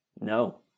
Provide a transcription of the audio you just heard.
no